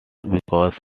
because